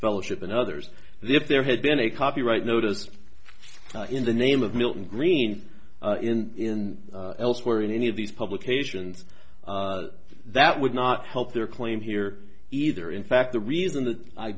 fellowship and others the if there had been a copyright notice in the name of milton green in elsewhere in any of these publications that would not help their claim here either in fact the reason that i